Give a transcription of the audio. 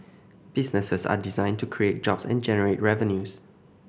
businesses are designed to create jobs and generate revenues